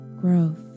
growth